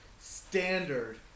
standard